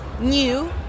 new